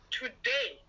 today